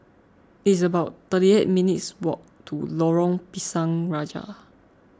it's about thirty eight minutes' walk to Lorong Pisang Raja